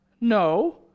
no